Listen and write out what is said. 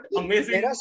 amazing